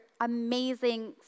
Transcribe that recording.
amazing